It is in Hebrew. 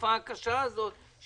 בתקופה הקשה הזאת,